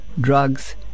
drugs